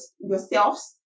yourselves